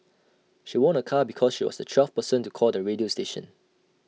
she won A car because she was the twelfth person to call the radio station